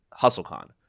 HustleCon